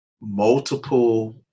multiple